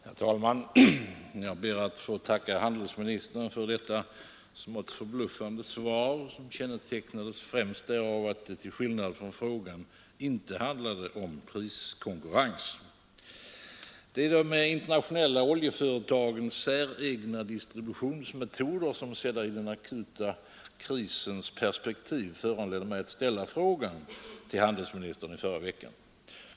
Herr talman! Jag ber att få tacka handelsministern för detta smått förbluffande svar, som främst kännetecknades av att det till skillnad från 79 frågan inte handlade om priskonkurrens. De internationella oljeföretagens säregna distributionsmetoder sedda i den akuta krisens perspektiv föranledde mig att i förra veckan ställa frågan till handelsministern.